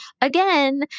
again